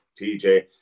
TJ